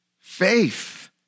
Faith